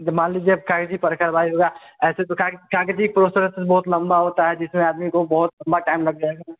मान लीजिए अब काहे की ऐसे तो का काग़ज़ी प्रोसेस बहुत लंबा होता है जिसमें आदमी को बहुत लंबा टाइम लग जाएगा